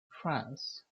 france